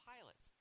Pilot